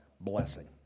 blessing